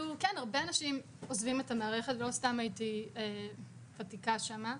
והרבה אנשים עוזבים את המערכת ולא סתם הייתי ותיקה שם.